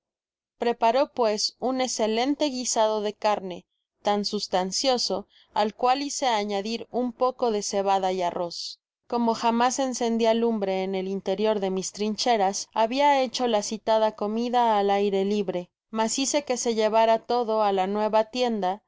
preparó pues un escelente guisado de carne tan sustancioso al cual hice añadir un poco de cebada y arroz como jamás enceudia lumbre en el interior de mis trincheras habia hecho la citada cemida al aire libre mas hice que se llevara todo á la nueva tienda